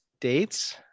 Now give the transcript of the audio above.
Dates